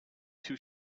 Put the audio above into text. two